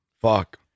Fuck